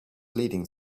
leading